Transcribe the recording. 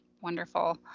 wonderful